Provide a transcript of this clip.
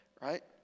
right